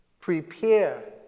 prepare